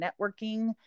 networking